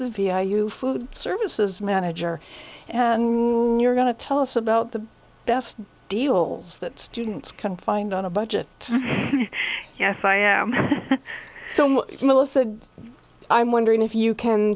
the vi you food services manager and you're going to tell us about the best deals that students can find on a budget you know if i am so melissa i'm wondering if you can